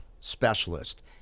specialist